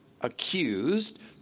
accused